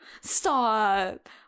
Stop